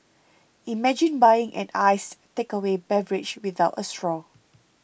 imagine buying an iced takeaway beverage without a straw